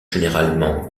généralement